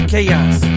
chaos